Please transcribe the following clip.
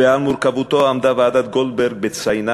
ועל מורכבותו עמדה ועדת גולדברג בציינה,